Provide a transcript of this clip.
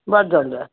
ਵੱਧ ਜਾਂਦਾ